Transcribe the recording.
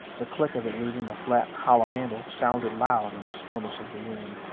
the click of it leaving the flat, hollow handle sounded loud in the stillness of the room.